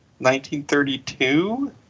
1932